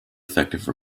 effective